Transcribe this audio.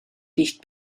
dicht